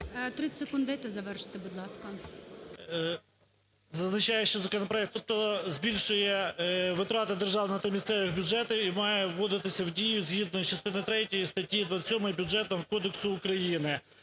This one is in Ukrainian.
30 секунд дайте завершити, будь ласка. ДЗЮБЛИК П.В….зазначає, що законопроект, тобто збільшує витрати державного та місцевих бюджетів і має вводитися в дію, згідно із частиною третьою статті 27 Бюджетного кодексу України.